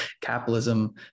Capitalism